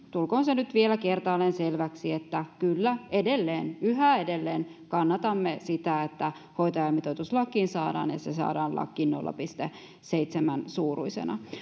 tulkoon se nyt vielä kertaalleen selväksi että kyllä edelleen yhä edelleen kannatamme sitä että hoitajamitoitus lakiin saadaan ja että se saadaan lakiin nolla pilkku seitsemän suuruisena